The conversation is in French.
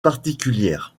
particulière